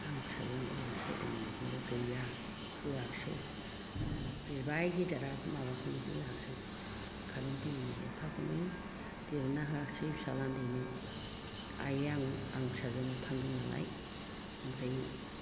आं फिसाजोनाव आलासि जाहैदोंमोन गैया होयाखिसै बिबाय गेदेरा माबाखौनो होयाखै कारेन्ट बिल नि लेखाखौनो दिहुनना होयाखै फिसाज्ला उन्दैनो आइ आं फिसाजोनाव थांदों नालाय ओमफ्राय